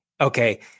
Okay